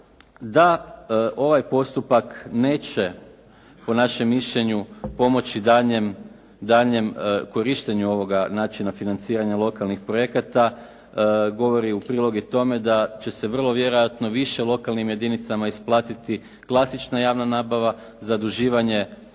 Da ovaj postupak neće po našem mišljenju pomoći daljnjem korištenju ovoga načina financiranja lokalnih projekata govori u prilog i tome da će se vrlo vjerojatno više lokalnim jedinicama isplatiti klasična javna nabava, zaduživanje